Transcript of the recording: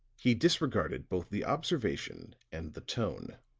he disregarded both the observation and the tone